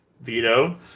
Veto